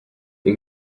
com